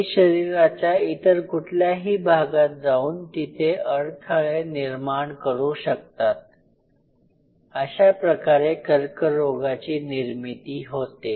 ते शरीराच्या इतर कुठल्याही भागात जाऊन तिथे अडथळे निर्माण करू शकतात अशाप्रकारे कर्करोगाची निर्मिती होते